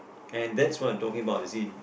and that's what I'm talking about you see